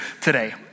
today